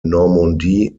normandie